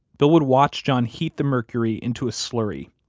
bill would watch john heat the mercury into a slurry.